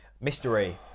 Mystery